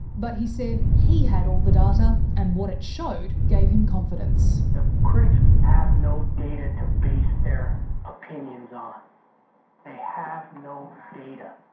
but he said he had all the data, and what it showed gave him confidence. the critics have no data to base their opinions on. they have no data.